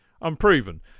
unproven